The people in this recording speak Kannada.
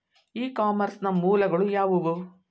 ಇ ಕಾಮರ್ಸ್ ನ ಮೂಲಗಳು ಯಾವುವು?